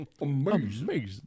Amazing